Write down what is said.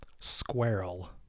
Squirrel